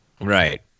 Right